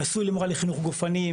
נשוי למורה לחינוך גופני,